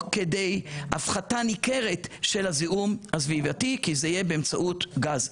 כדי הפחתה ניכרת של הזיהום הסביבתי כי זה יהיה באמצעות גז.